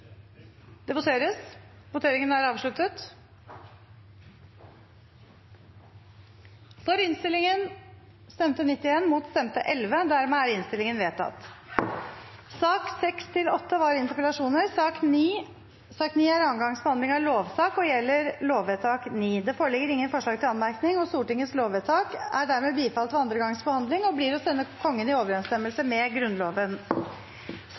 Det voteres alternativt mellom dette forslaget og komiteens innstilling. Miljøpartiet De Grønne og Rødt har varslet støtte til forslaget. Komiteen hadde innstilt til Stortinget å gjøre følgende I sakene nr. 6–8 foreligger det ikke noe voteringstema. Sak nr. 9 er andre gangs behandling av lovsak og gjelder lovvedtak 9. Det foreligger ingen forslag til anmerkning. Stortingets lovvedtak er dermed bifalt ved andre gangs behandling og blir å sende Kongen i overensstemmelse